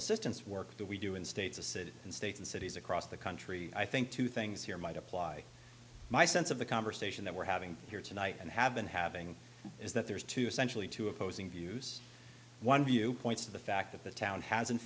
assistance work that we do in states of cities and states and cities across the country i think two things here might apply my sense of the conversation that we're having here tonight and have been having is that there's two essentially two opposing views one view points to the fact that the town has